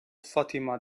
fatima